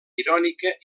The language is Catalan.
irònica